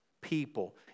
people